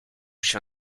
się